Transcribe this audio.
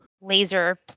laser